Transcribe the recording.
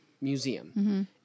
museum